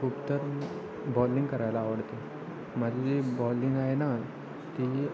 खूप तर बॉलिंग करायला आवडते माझी जी बॉलिंग आहे ना ती